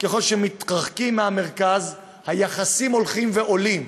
ככל שמתרחקים מהמרכז, היחסים הולכים ועולים.